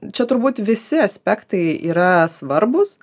čia turbūt visi aspektai yra svarbūs